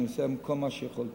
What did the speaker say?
ואני עושה כל מה שביכולתי.